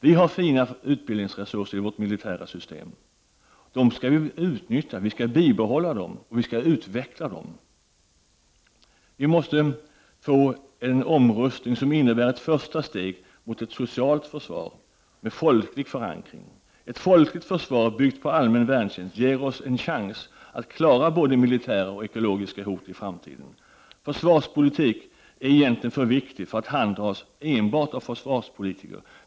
Vi har fina utbildningsresurser i vårt militära system. Det skall vi utnyttja, bibehålla och utveckla. Vi måste få till stånd en omrustning som innebär ett första steg mot ett socialt försvar med folklig förankring. Ett folkligt försvar byggt på allmän värntjänst ger oss en chans att klara av både militära och ekologiska hot i framtiden. Försvarspolitiken är egentligen för viktig för att handhas enbart av försvarspolitiker.